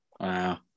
Wow